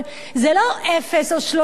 זה לא אפס או 3 מיליארד,